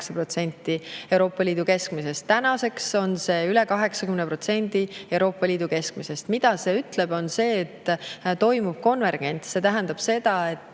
oli see 48% Euroopa Liidu keskmisest. Tänaseks on see üle 80% Euroopa Liidu keskmisest. Mida see ütleb? Seda, et toimub konvergents. See tähendab seda, et